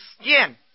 skin